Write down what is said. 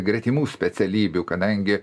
gretimų specialybių kadangi